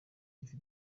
gifite